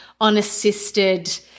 unassisted